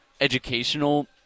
educational